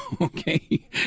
Okay